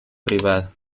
privada